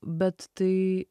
bet tai